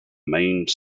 maine